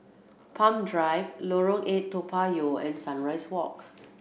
Palm Drive Lorong Eight Toa Payoh and Sunrise Walk